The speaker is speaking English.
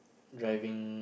driving